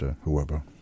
whoever